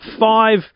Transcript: five